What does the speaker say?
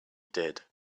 did